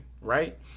right